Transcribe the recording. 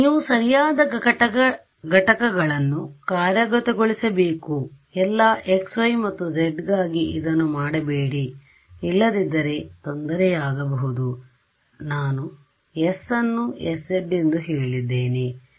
ನೀವು ಸರಿಯಾದ ಘಟಕಗಳನ್ನು ಕಾರ್ಯಗತಗೊಳಿಸಬೇಕು ಎಲ್ಲಾ x y ಮತ್ತು z ಗಾಗಿ ಇದನ್ನು ಮಾಡಬೇಡಿ ಇಲ್ಲದಿದ್ದರೆ ತೊಂದರೆಯಾಗಬಹುದು ಆದರೆ ನಾನು s ಅನ್ನು sz ಎಂದು ಹೇಳಿದ್ದೇನೆ ಇದನ್ನು ನೆನಪಿಡಿ